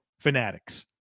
Fanatics